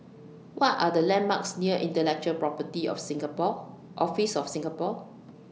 What Are The landmarks near Intellectual Property of Singapore Office of Singapore